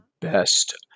best